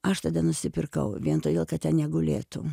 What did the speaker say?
aš tada nusipirkau vien todėl kad ten negulėtų